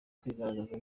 kwigaragaza